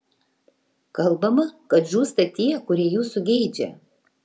kalbama kad žūsta tie kurie jūsų geidžia